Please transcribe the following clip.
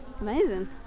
Amazing